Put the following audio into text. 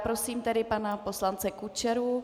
Prosím pana poslance Kučeru.